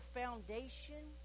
foundation